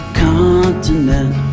continent